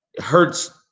hurts –